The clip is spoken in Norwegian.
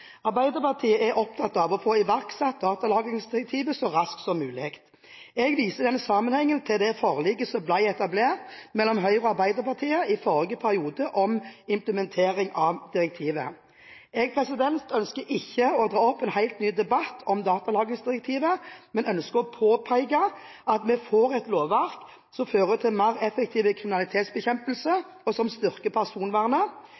Arbeiderpartiet er opptatt av å få iverksatt datalagringsdirektivet så raskt som mulig. Jeg viser i den sammenhengen til forliket som ble etablert mellom Høyre og Arbeiderpartiet i forrige periode om implementering av direktivet. Jeg ønsker ikke å dra opp en helt ny debatt om datalagringsdirektivet, men jeg ønsker å påpeke at vi får et lovverk som fører til mer